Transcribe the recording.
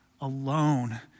alone